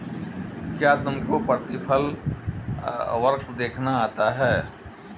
क्या तुमको प्रतिफल वक्र देखना आता है?